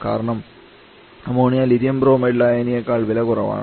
കാരണം ammonia lithium bromide ലായനിയെക്കാൾ വില കുറവാണ്